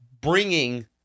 bringing